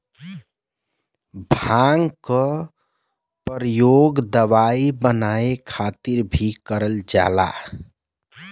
भांग क परयोग दवाई बनाये खातिर भीं करल जाला